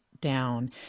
down